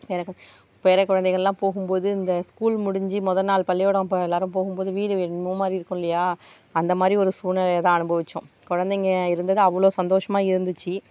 பேரக் பேர குழந்தைங்கள்லாம் போகும்போது இந்த ஸ்கூல் முடிஞ்சு மொதல் நாள் பள்ளிக்கூடம் அப்போ எல்லாேரும் போகும்போது வீடு என்னமோ மாதிரி இருக்குமில்லியா அந்த மாதிரி ஒரு சூழ்நிலையைதான் அனுபவித்தோம் குழந்தைங்க இருந்தது அவ்வளோ சந்தோஷமாக இருந்துச்சு